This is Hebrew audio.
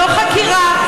לא חקירה,